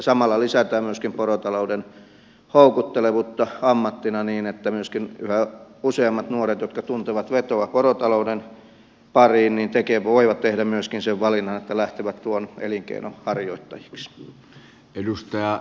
samalla lisätään myöskin porotalouden houkuttelevuutta ammattina niin että yhä useammat nuoret jotka tuntevat vetoa porotalouden pariin voivat tehdä myöskin sen valinnan että lähtevät tuon elinkeinon harjoittajiksi